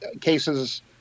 cases